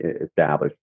established